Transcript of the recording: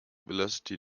velocity